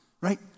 right